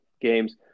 games